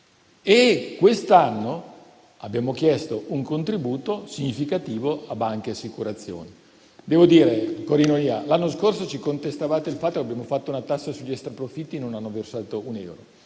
Quest'anno abbiamo anche chiesto un contributo significativo a banche e assicurazioni. Devo dire con ironia che l'anno scorso ci contestavate il fatto che abbiamo fatto una tassa sugli extraprofitti e non hanno versato un euro,